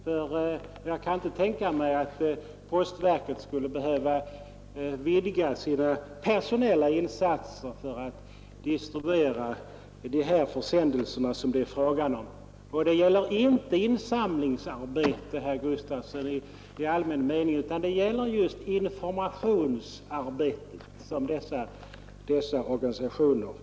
Ty jag kan inte tänka mig att postverket skulle behöva öka sina personella insatser för att distribuera de försändelser som det här är fråga om. Och det gäller inte insamlingsarbete i allmän mening, herr Gustafson, utan det gäller det informationsarbete som dessa organisationer utför.